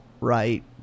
right